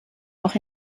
auch